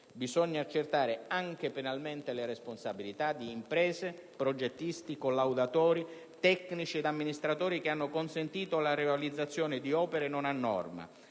Bisogna accertare anche penalmente le responsabilità di imprese, progettisti, collaudatori, tecnici ed amministratori che hanno consentito la realizzazione di opere non a norma.